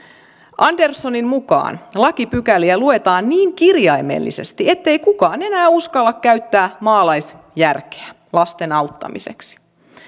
anderssonin mukaan lakipykäliä luetaan niin kirjaimellisesti ettei kukaan enää uskalla käyttää maalaisjärkeä lasten auttamiseksi